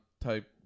type